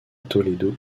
toledo